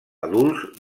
adults